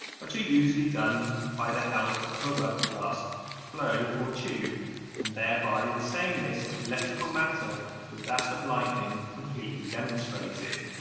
which are usually done by the help of a rubbed glass globe or tube and thereby the sameness of electrical matter with that of lightning completely demonstrated